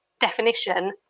definition